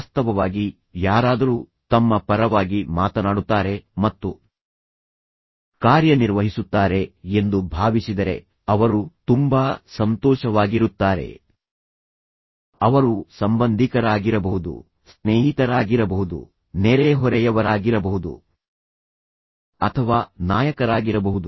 ವಾಸ್ತವವಾಗಿ ಯಾರಾದರೂ ತಮ್ಮ ಪರವಾಗಿ ಮಾತನಾಡುತ್ತಾರೆ ಮತ್ತು ಕಾರ್ಯನಿರ್ವಹಿಸುತ್ತಾರೆ ಎಂದು ಭಾವಿಸಿದರೆ ಅವರು ತುಂಬಾ ಸಂತೋಷವಾಗಿರುತ್ತಾರೆ ಅವರು ಸಂಬಂಧಿಕರಾಗಿರಬಹುದು ಸ್ನೇಹಿತರಾಗಿರಬಹುದು ನೆರೆಹೊರೆಯವರಾಗಿರಬಹುದು ಅಥವಾ ನಾಯಕರಾಗಿರಬಹುದು